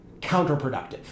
counterproductive